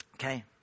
okay